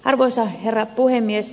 arvoisa herra puhemies